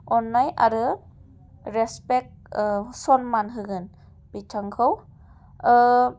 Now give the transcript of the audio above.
अननाय आरो रिसपेक्ट सन्मान होगोन बिथांखौ